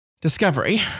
Discovery